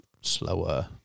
slower